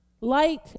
Light